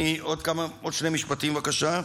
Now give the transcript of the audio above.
עוד שני משפטים, בבקשה.